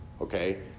okay